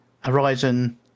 Horizon